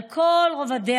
על כל רבדיה,